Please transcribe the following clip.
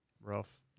rough